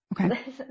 Okay